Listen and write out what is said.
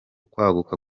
kwaguka